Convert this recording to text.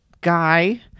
guy